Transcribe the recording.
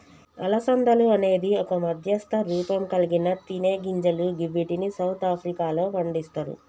అలసందలు అనేది ఒక మధ్యస్థ రూపంకల్గిన తినేగింజలు గివ్విటిని సౌత్ ఆఫ్రికాలో పండిస్తరు